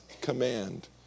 command